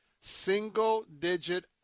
single-digit